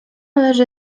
leży